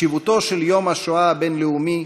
חשיבותו של יום השואה הבין-לאומי